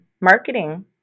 marketing